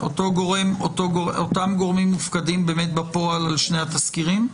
אותם גורמים מופקדים בפועל על שני התסקירים?